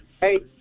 hey